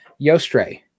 Yostre